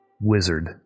wizard